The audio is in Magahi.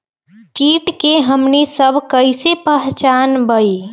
किट के हमनी सब कईसे पहचान बई?